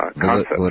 concept